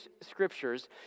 scriptures